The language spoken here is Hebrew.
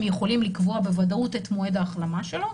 שאנחנו יכולים לקבוע בוודאות את מועד ההחלמה שלו,